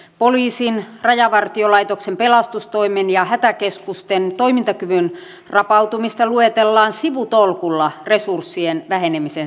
poliisin rajavartiolaitoksen pelastustoimen ja hätäkeskusten toimintakyvyn rapautumista luetellaan sivutolkulla resurssien vähenemisen seurauksena